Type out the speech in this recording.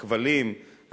הכבלים,